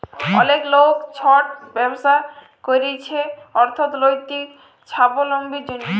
অলেক লক ছট ব্যবছা ক্যইরছে অথ্থলৈতিক ছাবলম্বীর জ্যনহে